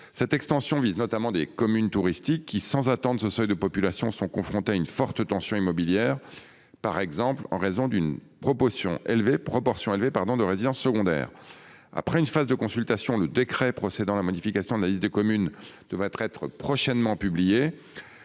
Cette extension vise notamment des communes touristiques qui, sans atteindre ce seuil de population, sont confrontées à une forte tension immobilière, par exemple en raison d'une proportion élevée de résidences secondaires. Après une phase de consultation, le décret procédant à la modification de la liste des communes concernées devrait être très prochainement publié.